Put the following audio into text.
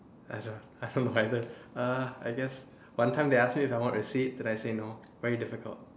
I don't know I have no idea uh I guess one time they ask me if I want receipt then I say no very difficult